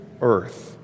earth